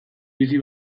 bizi